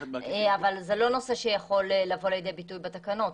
אבל זה לא נושא שיכול לבוא לידי ביטוי בתקנות,